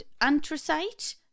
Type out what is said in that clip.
anthracite